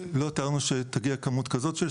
לא תיארנו שתגיע כמות כזאת של שאלת.